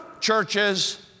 churches